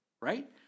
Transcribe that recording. right